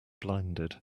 blinded